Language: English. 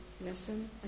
listen